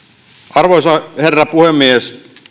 arvoisa herra puhemies on heti